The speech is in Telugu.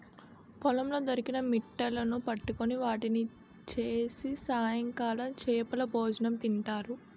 పొలాల్లో దొరికిన మిట్టలును పట్టుకొని వాటిని చేసి సాయంకాలం చేపలభోజనం తింటారు